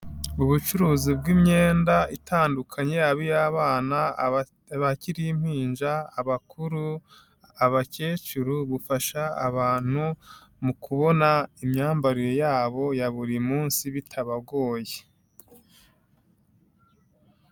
Ubucuruzi bw'imyenda itandukanye yaba iy'abana bakiri impinja, abakuru, abakecuru bufasha abantu mu kubona imyambarire yabo ya buri munsi bitabagoye.